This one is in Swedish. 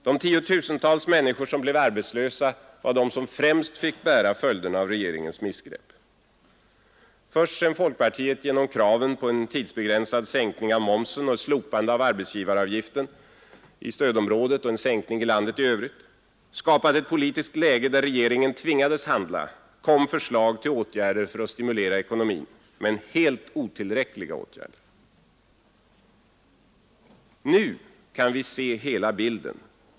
De tiotusentals människor som blev arbetslösa var de som främst fick bära följderna av regeringens missgrepp. Först sedan folkpartiet genom kraven på en tidsbegränsad sänkning av momsen och slopande av arbetsgivaravgiften i stödområdet och en sänkning i landet i övrigt skapat ett politiskt läge där regeringen tvingades handla kom förslag till åtgärder för att stimulera ekonomin — men helt otillräckliga åtgärder. Nu kan vi se hela bilden.